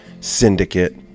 syndicate